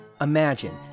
Imagine